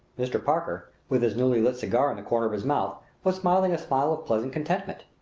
mr. parker, with his newly lit cigar in the corner of his mouth, was smiling a smile of pleasant contentment.